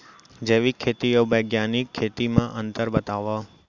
जैविक खेती अऊ बैग्यानिक खेती म अंतर बतावा?